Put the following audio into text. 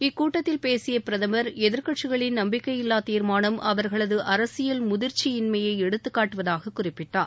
இக்கூட்டத்தில் பேசிய பிரதமர் எதிர்க்கூட்சிகளின் நம்பிக்கையில்லா தீர்மானம் அவர்களது அரசியல் முதிர்ச்சியின்மையை எடுத்துக் காட்டுவதாக குறிப்பிட்டார்